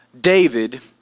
David